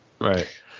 Right